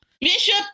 Bishop